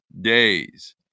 days